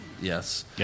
Yes